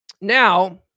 Now